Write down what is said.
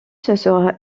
sera